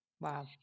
Wow